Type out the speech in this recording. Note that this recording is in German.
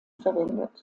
verwendet